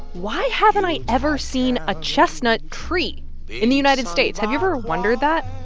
why haven't i ever seen a chestnut tree in the united states? have you ever wondered that?